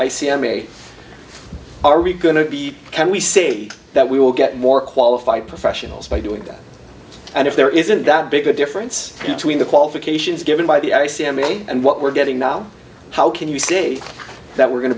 c m a are we going to be can we say that we will get more qualified professionals by doing that and if there isn't that big a difference between the qualifications given by the i c emmy and what we're getting now how can you say that we're going